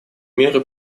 меры